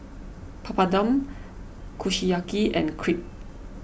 Papadum Kushiyaki and Crepe